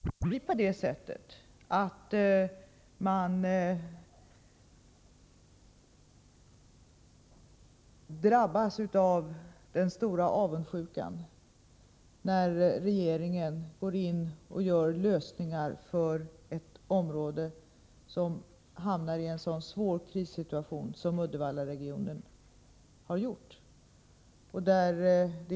Herr talman! Får jag börja med att säga, apropå Hans Peterssons i Hallstahammar inlägg och frågorna om Uddevalla, att det naturligtvis inte får bli på det sättet att man drabbas av den stora avundsjukan när regeringen går in och åstadkommer lösningar för ett område som råkar i en så svår krissituation som den Uddevallaregionen har hamnat i.